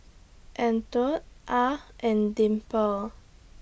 Antione Ah and Dimple